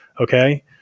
Okay